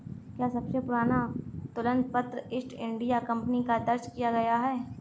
क्या सबसे पुराना तुलन पत्र ईस्ट इंडिया कंपनी का दर्ज किया गया है?